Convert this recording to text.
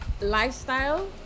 lifestyle